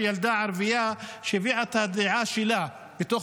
כשילדה ערבייה הביעה את הדעה שלה בתוך